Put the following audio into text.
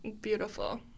Beautiful